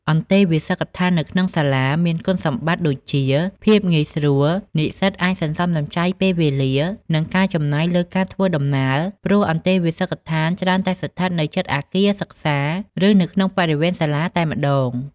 អន្តេវាសិកដ្ឋាននៅក្នុងសាលាមានគុណសម្បត្តិ ដូចជា ភាពងាយស្រួល និស្សិតអាចសន្សំសំចៃពេលវេលា និងការចំណាយលើការធ្វើដំណើរ ព្រោះអន្តេវាសិកដ្ឋានច្រើនតែស្ថិតនៅជិតអគារសិក្សា ឬនៅក្នុងបរិវេណសាលាតែម្ដង។